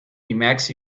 emacs